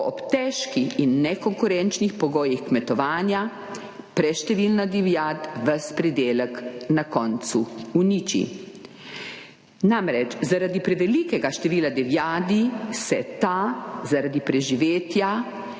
ob težki in nekonkurenčnih pogojih kmetovanja preštevilna divjad ves pridelek na koncu uniči. Namreč, zaradi prevelikega števila divjadi se ta, zaradi preživetja